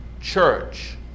Church